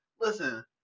listen